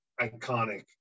iconic